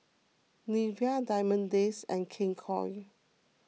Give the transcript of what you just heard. Nivea Diamond Days and King Koil